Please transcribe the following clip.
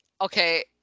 Okay